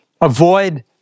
avoid